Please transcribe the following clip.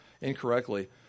incorrectly